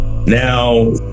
Now